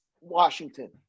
Washington